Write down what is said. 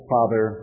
Father